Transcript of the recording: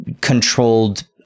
controlled